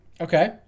Okay